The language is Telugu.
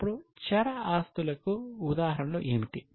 ఇప్పుడు చర ఆస్తులకు ఉదాహరణలు ఏమిటి